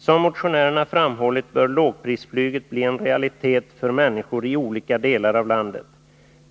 Som motionärerna framhållit bör lågprisflyget bli en realitet för människor i olika delar av landet.